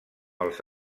els